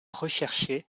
rechercher